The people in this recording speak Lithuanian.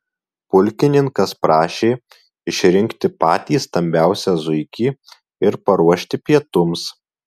pulkininkas prašė išrinkti patį stambiausią zuikį ir paruošti pietums